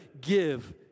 give